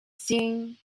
seeing